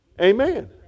Amen